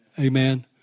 Amen